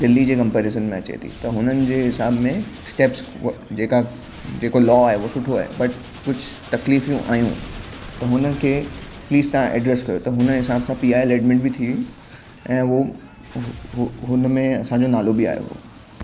दिल्ली जे कंपैरिज़न में अचे थी त हुननि जे हिसाब में स्टैप्स जेका जेको लॉ आहे वो सुठो आहे बट कुछ तकलीफ़ियूं आयूं त हुनखे प्लीस तव्हां एड्रेस कयो त हुन हिसाब सां पी आई एल एडमिट बि थी वई ऐं वो हुनमें असांजो नालो बि आयो हुयो